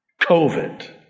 COVID